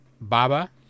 Baba